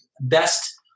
best